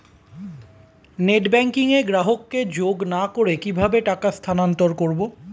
Net banking এ গ্রাহককে যোগ না করে কিভাবে টাকা স্থানান্তর করব?